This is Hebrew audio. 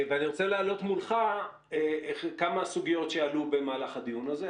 ואני רוצה להעלות מולך כמה סוגיות שעלו במהלך הדיון הזה.